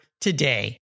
today